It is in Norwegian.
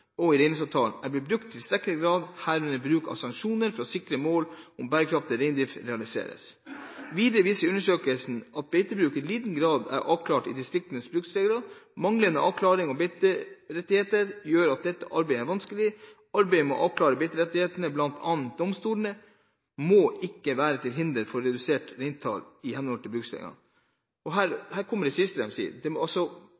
og i reindriftsavtalen, er blitt brukt i tilstrekkelig grad, herunder bruk av sanksjoner for å sikre at målet om bærekraftig reindrift realiseres. Videre viser undersøkelsen at beitebruk i liten grad er avklart i distriktenes bruksregler. Manglende avklarte beiterettigheter gjør dette arbeidet vanskelig. Arbeidet med å avklare beiterettighetene, blant annet i domstolene, må ikke være til hinder for arbeidet med å redusere reintallet i henhold til